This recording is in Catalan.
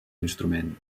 instrument